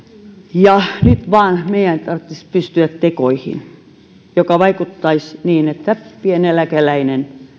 ja nyt meidän vaan tarvitsisi pystyä tekoihin jotka vaikuttaisivat niin että pieneläkeläinen